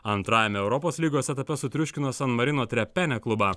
antrajame europos lygos etape sutriuškino san marino trepene klubą